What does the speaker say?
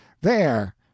There